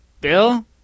Bill